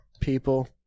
people